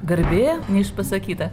garbė neišpasakyta